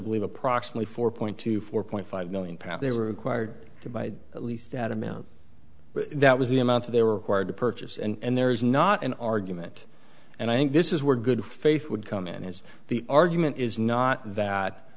believe approximately four point two four point five million pounds they were required to buy at least that amount that was the amount they were required to purchase and there is not an argument and i think this is where good faith would come in as the argument is not that